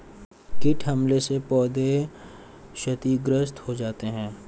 कीट हमले से पौधे क्षतिग्रस्त हो जाते है